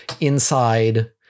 inside